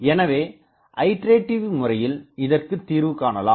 எனவே ஐட்ரெட்டிவ் முறையில் இதற்கு தீர்வு காணலாம்